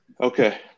Okay